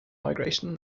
migration